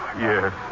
Yes